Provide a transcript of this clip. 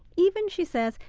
even, she says,